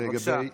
בבקשה.